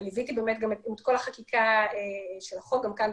וליוויתי את כל חקיקת החוק בכנסת,